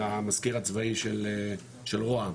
עם המזכיר הצבאי של ראה"מ,